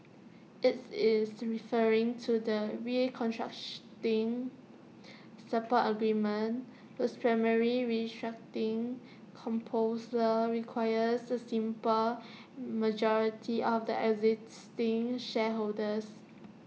it's is referring to the support agreement whose primary restructuring proposal requires A simple majority of the existing shareholders